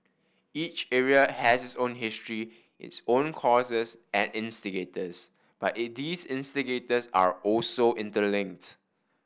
each area has its own history its own causes and instigators but these instigators are also interlinked